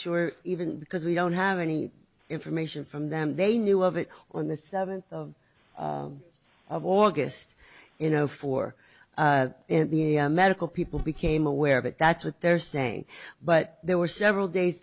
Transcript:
sure even because we don't have any information from them they knew of it on the seventh of august you know for the medical people became aware of it that's what they're saying but there were several days